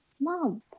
mom